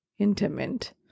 Intimate